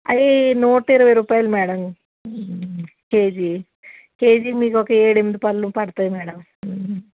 అది నూట ఇరవై రూపాయలు మేడం కేజీ కేజీ మీకు ఒక ఏడు ఎనిమిది పండ్లు పడతాయి మేడం